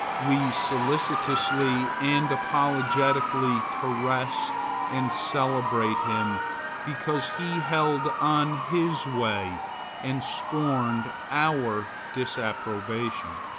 we solicitously and apologetically caress and celebrate him because he held on his way and scorned our disapprobation.